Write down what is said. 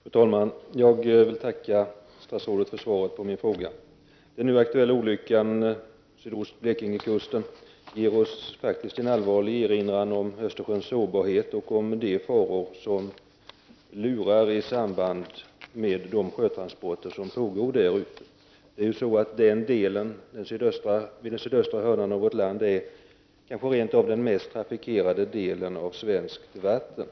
Fru talman! Jag tackar statsrådet för svaret på min fråga. Den nu aktuella olyckan sydost Blekingekusten får oss att faktiskt allvarligt erinra oss Östersjöns sårbarhet och de faror som lurar i samband med de sjötransporter som sker där. Den sydöstra hörnan är kanske rent av den mest trafikerade delen av svenskt vatten.